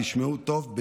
תשמעו טוב,